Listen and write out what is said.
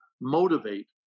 motivate